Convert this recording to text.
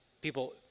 people